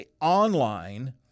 online